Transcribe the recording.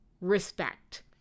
respect